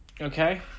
okay